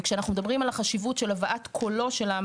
וכשאנחנו מדברים על החשיבות של הבאת קולו של העם